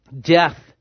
Death